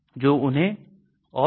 इसलिए इसे टूटना चाहिए